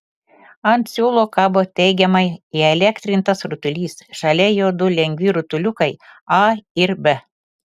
ant siūlo kabo teigiamai įelektrintas rutulys šalia jo du lengvi rutuliukai a ir b